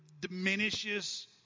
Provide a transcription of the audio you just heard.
diminishes